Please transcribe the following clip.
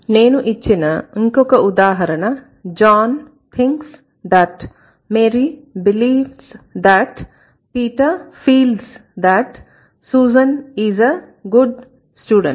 నేను ఇచ్చిన ఇంకొక ఉదాహరణ John thinks that Mary believes that Peter feels that Susan is a good student